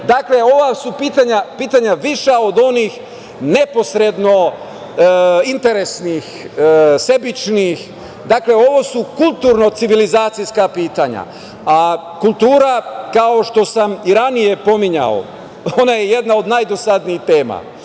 itd. Dakle, ova pitanja su viša od onih neposredno interesnih, sebičnih. Dakle, ovo su kulturno-civilizacijska pitanja. Kultura, kao što sam i ranije pominjao, ona je jedna od najdosadnijih tema.